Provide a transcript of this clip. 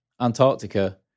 Antarctica